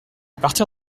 partir